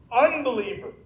unbeliever